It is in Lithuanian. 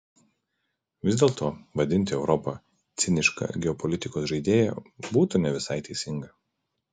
vis dėlto vadinti europą ciniška geopolitikos žaidėja būtų ne visai teisinga